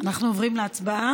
אנחנו עוברים להצבעה?